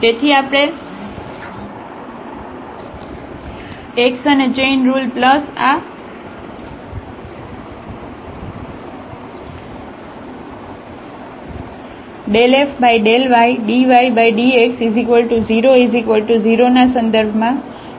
તેથી આપણે x અને ચેઇન રુલ પ્લસ આ ∂f∂ydydx0 0 ના સંદર્ભમાં પાર્શિયલ ડેરિવેટિવ્ઝ મેળવીશું